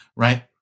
Right